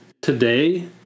today